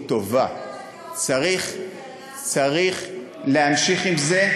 צריך להמשיך עם זה.